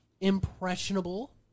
impressionable